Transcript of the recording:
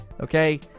Okay